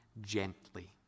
gently